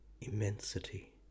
immensity